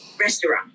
restaurant